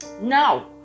Now